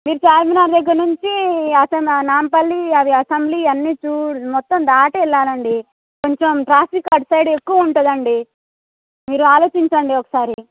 మీరు ఛార్మినార్ దగ్గర నుంచి అసం నాంపల్లి అది అసెంబ్లీ అవన్నీ మొత్తం దాటి వెళ్ళాలండి కొంచెం ట్రాఫిక్ అటు సైడ్ ఎక్కువ ఉంటుందండి మీరు ఆలోచించండి ఒకసారి